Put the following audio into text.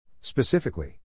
Specifically